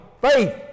faith